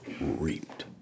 reaped